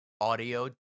audio